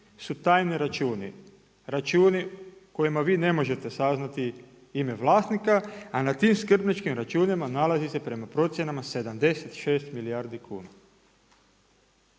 su tajni računi, računi kojima vi ne možete saznati ime vlasnika, a na tim skrbničkim računima nalazi se prema procjenama 76 milijardi kuna.